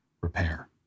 repair